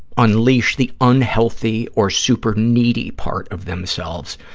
unleash the unhealthy or super-needy part of themselves,